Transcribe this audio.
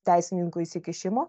teisininkų įsikišimo